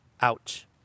ouch